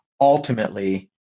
ultimately